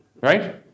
right